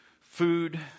food